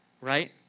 right